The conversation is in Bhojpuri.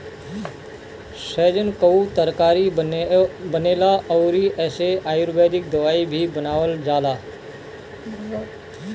सैजन कअ तरकारी बनेला अउरी एसे आयुर्वेदिक दवाई भी बनावल जाला